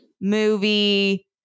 movie